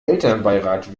elternbeirat